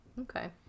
Okay